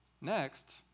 next